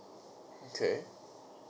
okay